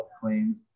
claims